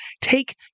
take